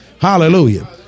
Hallelujah